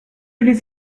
les